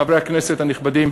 חברי הכנסת הנכבדים,